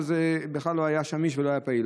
זה בכלל לא היה שמיש ולא היה פעיל.